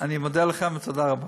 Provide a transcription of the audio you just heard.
אני מודה לך ותודה רבה.